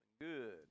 good